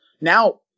now